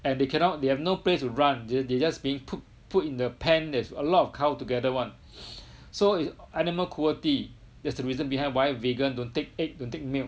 and they cannot they have no place to run they they just being put put in the barn there's a lot of cow together [one] so is animal cruelty that's the reason behind why vegan don't take egg don't take milk